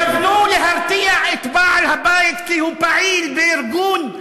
התכוונו להרתיע את בעל הבית כי הוא פעיל בארגון,